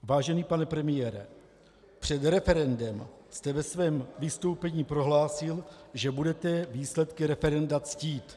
Vážený pane premiére, před referendem jste ve svém vystoupení prohlásil, že budete výsledky referenda ctít.